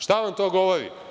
Šta vam to govori?